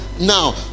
now